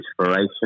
inspiration